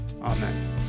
Amen